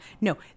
No